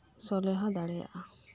ᱥᱚᱞᱦᱮ ᱫᱟᱲᱤᱭᱟᱜ ᱟ